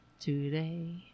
today